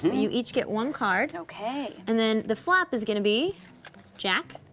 you each get one card. okay. and then the flop is gonna be jack,